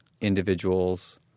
individuals